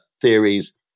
theories